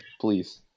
please